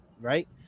Right